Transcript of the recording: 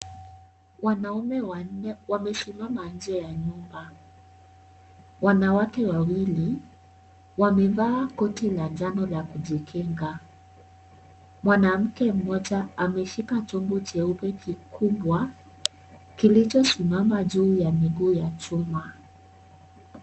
Wanaume wanne wamesimama nje ya nyumba, wanawake wawili wamevaa koti la njano la kujikinga Mwanamke mmoja ameshika chombo cheupe kikubwa, kilicho simama juu ya miguu ya chuma.